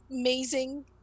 amazing